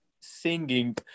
singing